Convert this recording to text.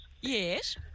Yes